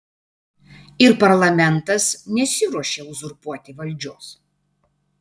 ir parlamentas nesiruošia uzurpuoti valdžios